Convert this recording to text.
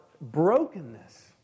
brokenness